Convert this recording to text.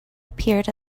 appeared